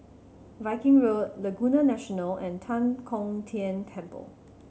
Viking Road Laguna National and Tan Kong Tian Temple